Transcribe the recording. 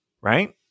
right